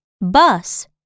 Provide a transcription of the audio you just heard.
Bus